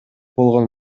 болгон